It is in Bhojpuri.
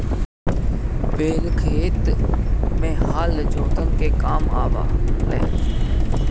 बैल खेत में हल जोते के काम आवे लनअ